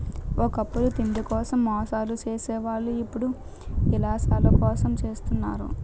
ఒకప్పుడు తిండి కోసం మోసాలు సేసే వాళ్ళు ఇప్పుడు యిలాసాల కోసం జెత్తన్నారు